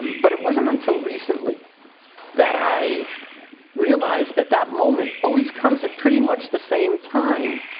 but it wasn't until recently that i realized that that moment always comes at pretty much the same time.